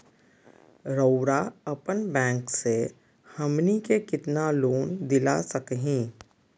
रउरा अपन बैंक से हमनी के कितना लोन दिला सकही?